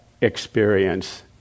experience